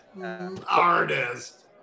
artist